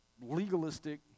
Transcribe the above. legalistic